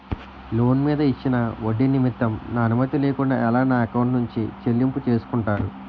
Loan మీద ఇచ్చిన ఒడ్డి నిమిత్తం నా అనుమతి లేకుండా ఎలా నా ఎకౌంట్ నుంచి చెల్లింపు చేసుకుంటారు?